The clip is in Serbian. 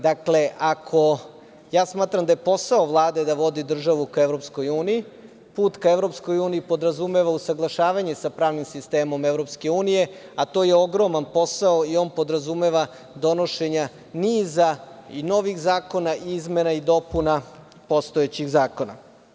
Dakle, ako ja smatram da je posao Vlade da vodi državu ka EU, put ka EU podrazumeva usaglašavanje sa pravnim sistemom EU, a to je ogroman posao i on podrazumeva donošenje niza i novih zakona, izmena i dopuna postojećih zakona.